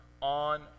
on